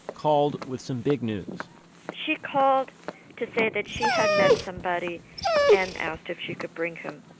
called with some big news she called to say that she had met somebody and asked if she could bring him.